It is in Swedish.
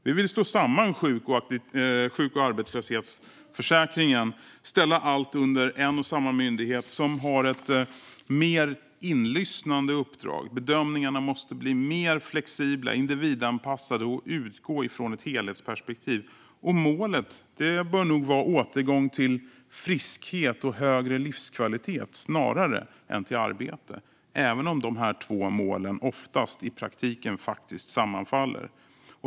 Vi vill slå samman sjuk och arbetslöshetsförsäkringen i en och samma myndighet som har ett mer inlyssnande uppdrag. Bedömningarna måste bli mer flexibla och individanpassade och utgå från ett helhetsperspektiv. Målet bör nog vara återgång till friskhet och högre livskvalitet snarare än till arbete, även om de två målen i praktiken oftast sammanfaller.